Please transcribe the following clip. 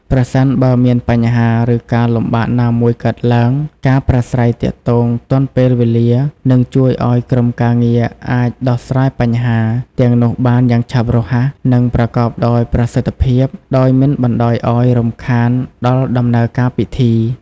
ប្រសិនបើមានបញ្ហា ឬការលំបាកណាមួយកើតឡើង ការប្រាស្រ័យទាក់ទងទាន់ពេលវេលា នឹងជួយឱ្យក្រុមការងារអាច ដោះស្រាយបញ្ហា ទាំងនោះបានយ៉ាងឆាប់រហ័ស និងប្រកបដោយប្រសិទ្ធភាព ដោយមិនបណ្ដោយឱ្យរំខានដល់ដំណើរការពិធី។